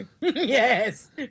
Yes